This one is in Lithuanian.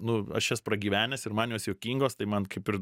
nu aš jas pragyvenęs ir man jos juokingos tai man kaip ir